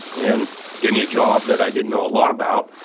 and gave me a job that i didn't know a lot about,